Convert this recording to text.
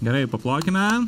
gerai paplokime